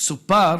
סופר